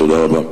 תודה רבה.